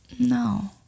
No